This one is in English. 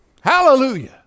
Hallelujah